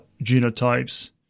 genotypes